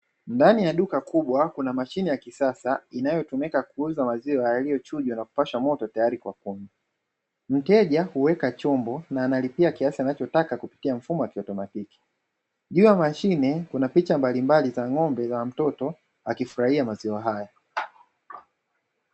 Ndani ya duka kubwa kuna mashine ya kisasa inayotumika kuuza maziwa yaliyochujwa na kupashwa moto tayari kwa kunywa. Mteja huweka chombo na analipia kiasi anachotaka kupitia mfumo wa kiautomatiki, juu ya mashine kuna picha mbalimbali za ng'ombe na mtoto akifurahia maziwa haya.